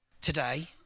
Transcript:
today